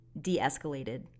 de-escalated